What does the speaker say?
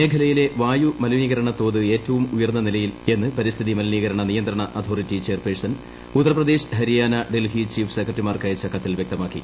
മേഖലയിലെ വായുമലിനീകരണതോത് ഏറ്റവും ഉയർന്ന നിലയിലെന്ന് പരിസ്ഥിതി മലിനീകരണ നിയന്ത്രണഅതോറിറ്റിചെയർപേഴ്സൺ ഉത്തർപ്രദേശ് ഹരിയാന ഡൽഹിചീഫ്സെക്രട്ടറിമാർക്കയച്ച കത്തിൽവ്യക്തമാക്കി